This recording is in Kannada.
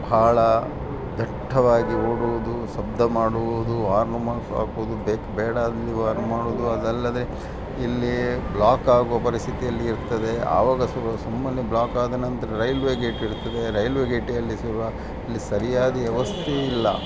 ಭಾಳ ದಟ್ಟವಾಗಿ ಓಡುವುದು ಶಬ್ಧ ಮಾಡುವುದು ಆರ್ನ್ ಮಾ ಹಾಕುದು ಬೇಕು ಬೇಡ ಅಂದರೆ ಆರ್ನ್ ಮಾಡುವುದು ಅದಲ್ಲದೆ ಇಲ್ಲಿಯೇ ಬ್ಲಾಕ್ ಆಗುವ ಪರಿಸ್ಥಿತಿಯಲ್ಲಿ ಇರ್ತದೆ ಆವಾಗ ಸಹ ಸುಮ್ಮನೇ ಬ್ಲಾಕ್ ಆದ ನಂತರ ರೈಲ್ವೇ ಗೇಟ್ ಇರ್ತದೆ ರೈಲ್ವೇ ಗೇಟಲ್ಲಿ ಸುರ ಸರಿಯಾಗಿ ವ್ಯವಸ್ಥೆ ಇಲ್ಲ